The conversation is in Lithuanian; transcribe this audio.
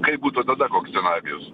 kaip būtų tada koks scenarijus